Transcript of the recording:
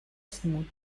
smooth